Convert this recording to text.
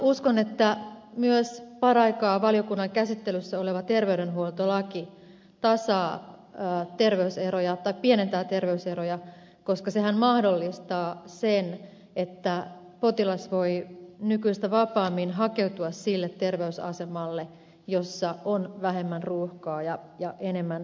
uskon että myös paraikaa valiokunnan käsittelyssä oleva terveydenhuoltolaki pienentää terveyseroja koska sehän mahdollistaa sen että potilas voi nykyistä vapaammin hakeutua sille terveysasemalle jossa on vähemmän ruuhkaa ja enemmän resursseja